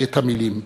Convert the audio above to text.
את המילים.